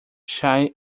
shine